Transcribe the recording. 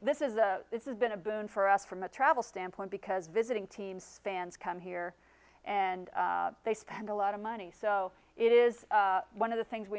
this is a this is been a boon for us from a travel standpoint because visiting teams fans come here and they spend a lot of money so it is one of the things we